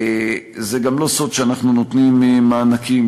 זה גם לא סוד שאנחנו נותנים מענקים